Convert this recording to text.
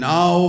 Now